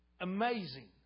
Amazing